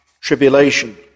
tribulation